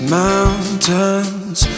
mountain's